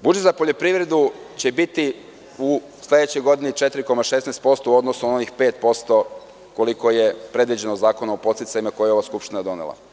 budžet za poljoprivredu će biti u sledećoj godini 4,16% u odnosu na onih 5% koliko je predviđeno Zakon o podsticajimakoji je ova Skupština donela.